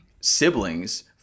siblings—